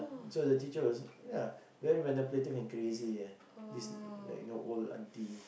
so the teacher was ya very manipulative and crazy ah this like you know old auntie